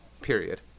period